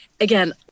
Again